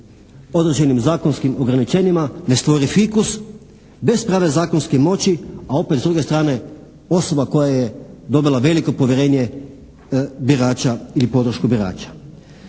određenim zakonskim ograničenjima ne stvori fikus bez prave zakonske moći a opet s druge strane osoba koja je dobila veliko povjerenje birača ili podršku birača.